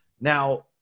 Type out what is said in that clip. Now